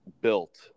built